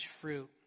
fruit